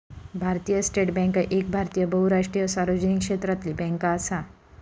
भारतीय state bank एक भारतीय बहुराष्ट्रीय सार्वजनिक क्षेत्रातली बॅन्क असा